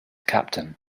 captain